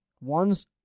One's